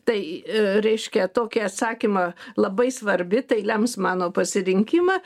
tai reiškia tokį atsakymą labai svarbi tai lems mano pasirinkimą